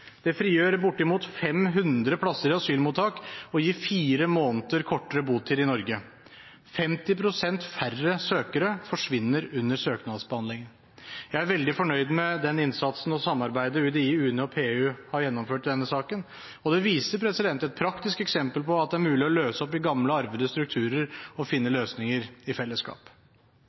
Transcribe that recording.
Det frigjør bortimot 500 plasser i asylmottak og gir 4 måneder kortere botid i Norge. 50 pst. færre søkere forsvinner under søknadsbehandlingen. Jeg er veldig fornøyd med innsatsen og samarbeidet til UDI, UNE og PU i denne saken. Det viser i praksis at det er mulig å løse opp i gamle arvede strukturer og finne løsninger i fellesskap.